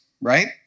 right